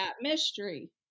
mystery